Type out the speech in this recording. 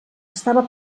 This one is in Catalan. estava